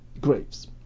graves